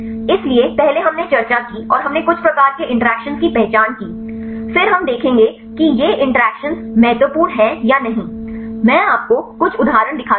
इसलिए पहले हमने चर्चा की और हमने कुछ प्रकार के इंटरैक्शन की पहचान की फिर हम देखेंगे कि ये इंटरैक्शन महत्वपूर्ण हैं या नहीं मैं आपको कुछ उदाहरण दिखाता हूं